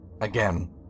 Again